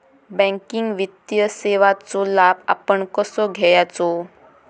Banking वित्तीय सेवाचो लाभ आपण कसो घेयाचो?